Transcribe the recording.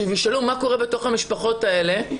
שישאלו מה קורה בתוך המשפחות האלה.